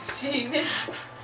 Genius